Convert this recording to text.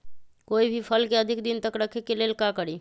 कोई भी फल के अधिक दिन तक रखे के लेल का करी?